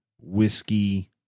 whiskey